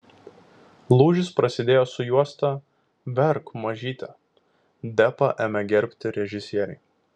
lūžis prasidėjo su juosta verk mažyte depą ėmė gerbti režisieriai